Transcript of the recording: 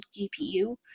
GPU